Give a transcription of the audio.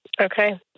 Okay